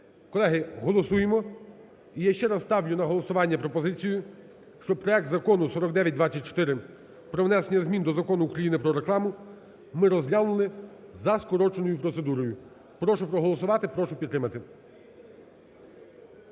Колеги, голосуємо, я ще раз ставлю на голосування пропозицію, щоб проект Закону (4924) про внесення змін до Закону України про рекламу ми розглянули за скороченою процедурою. Прошу проголосувати, прошу підтримати.